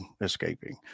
escaping